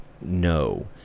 no